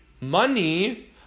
money